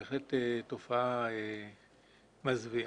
בהחלט תופעה מזוויעה.